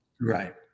right